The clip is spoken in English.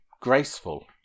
graceful